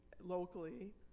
locally